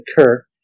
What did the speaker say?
occur